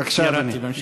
בבקשה, אדוני.